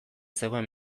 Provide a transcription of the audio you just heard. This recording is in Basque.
zegoen